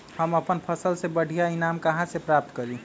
हम अपन फसल से बढ़िया ईनाम कहाँ से प्राप्त करी?